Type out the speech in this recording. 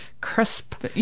crisp